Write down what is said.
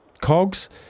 cogs